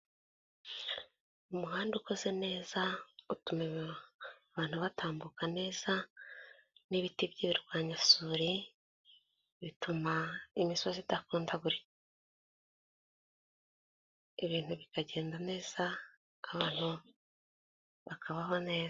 Umuhanda ukoze neza utuma abantu batambuka neza ni ibiti by'imirwanyasuri bituma imisozi idakundagurika ibintu bikagenda neza abantu bakabaho neza.